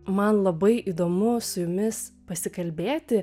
man labai įdomu su jumis pasikalbėti